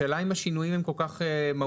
השאלה אם השינויים הם כל כך מהותיים.